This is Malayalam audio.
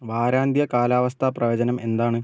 വാരാന്ത്യ കാലാവസ്ഥ പ്രവചനം എന്താണ്